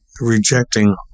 rejecting